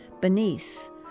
beneath